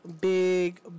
big